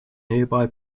nearby